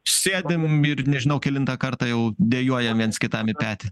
sėdim ir nežinau kelintą kartą jau dejuojam viens kitam į petį